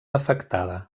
afectada